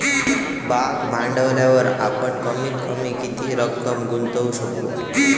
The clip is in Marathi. भाग भांडवलावर आपण कमीत कमी किती रक्कम गुंतवू शकू?